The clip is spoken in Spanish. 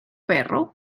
perro